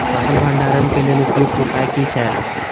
फसल भंडारण के लेल उपयुक्त उपाय कि छै?